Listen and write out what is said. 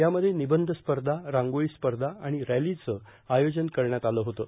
यामध्ये निबंध स्पर्धा रांगोळी स्पर्धा आणि रॅलीच आयोजन करण्यात आलं होतं